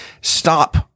stop